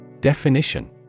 Definition